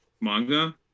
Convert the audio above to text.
manga